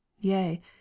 yea